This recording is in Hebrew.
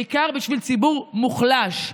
בעיקר בשביל ציבור מוחלש".